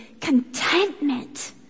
contentment